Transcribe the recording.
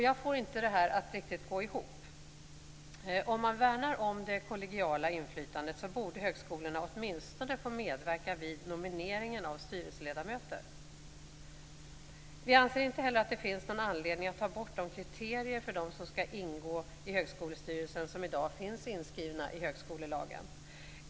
Jag får inte det här att riktigt gå ihop. Om man värnar om det kollegiala inflytandet, borde högskolorna åtminstone få medverka vid nomineringen av styrelseledamöter. Vi anser inte heller att det finns någon anledning att ta bort de kriterier för dem som skall ingå i högskolestyrelsen som i dag finns inskrivna i högskolelagen.